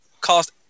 cost